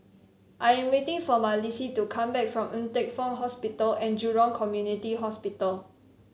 I am waiting for Malissie to come back from Ng Teng Fong Hospital and Jurong Community Hospital